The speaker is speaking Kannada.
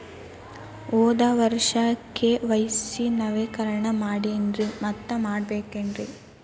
ಹೋದ ವರ್ಷ ಕೆ.ವೈ.ಸಿ ನವೇಕರಣ ಮಾಡೇನ್ರಿ ಮತ್ತ ಮಾಡ್ಬೇಕೇನ್ರಿ?